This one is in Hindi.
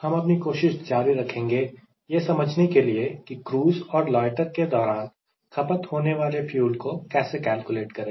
हम अपनी कोशिश जारी रखेंगे यह समझने के लिए की क्रूज़ और लोयटर के दौरान खपत होने वाले फ्यूल को कैसे कैलकुलेट करें